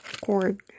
cord